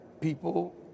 people